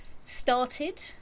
started